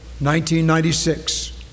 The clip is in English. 1996